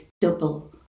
double